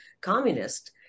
communist